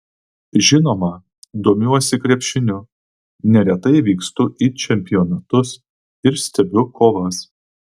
žinoma domiuosi krepšiniu neretai vykstu į čempionatus ir stebiu kovas